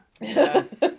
Yes